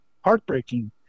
heartbreaking